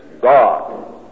god